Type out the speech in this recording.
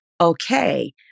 okay